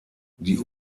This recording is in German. die